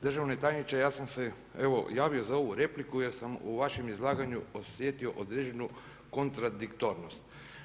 Državni tajniče ja sam se evo javio za ovu repliku jer sam u vašem izlaganju osjetio određenu kontradiktornost.